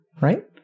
Right